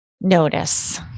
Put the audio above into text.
notice